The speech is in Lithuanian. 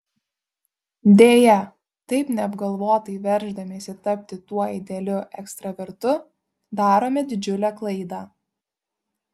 deja taip neapgalvotai verždamiesi tapti tuo idealiu ekstravertu darome didžiulę klaidą